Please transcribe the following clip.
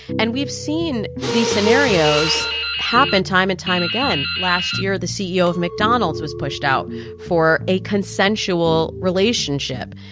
and we've seen these scenarios happen time and time again. last year, the ceo of mcdonald's was pushed out for a consensual relationship.